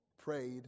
prayed